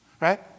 Right